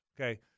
Okay